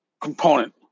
component